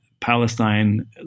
Palestine